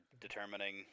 determining